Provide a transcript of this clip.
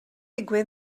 ddigwydd